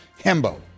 Hembo